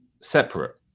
separate